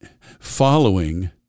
following